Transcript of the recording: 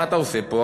מה אתה עושה פה,